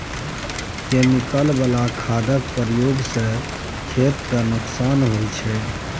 chemical बला खादक प्रयोग सँ खेत केँ नोकसान होइ छै